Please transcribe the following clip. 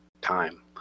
time